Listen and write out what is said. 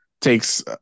takes